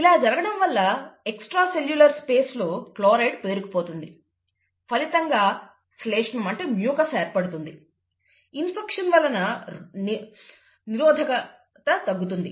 ఇలా జరగడం వల్ల ఎక్స్ట్రాసెల్యులర్ స్పేస్లో క్లోరైడ్ పేరుకుపోతుంది ఫలితంగా శ్లేష్మంమ్యూకస్ ఏర్పడుతుంది ఇన్ఫెక్షన్ వలన నిరోధకత తగ్గుతుంది